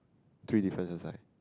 three difference right